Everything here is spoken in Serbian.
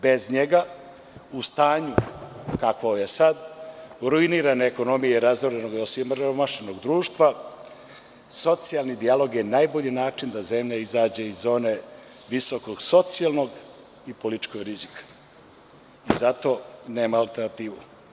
Bez njega u stanju kakvo je sada ruinirane ekonomije, razorenog i osiromašenog društva, socijalni dijalog je najbolji način da zemlja izađe iz zone visoko socijalnog i političkog rizika i zato nema alternativu.